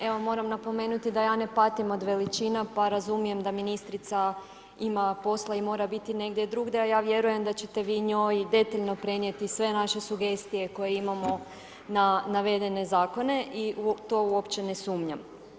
Evo moram napomenuti da ja ne patim od veličina pa razumijem da ministrica ima posla i mora biti negdje drugdje a ja vjerujem da ćete vi njoj detaljno prenijeti sve naše sugestije koje imamo na navedene zakone i u to uopće ne sumnjam.